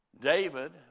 David